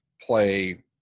play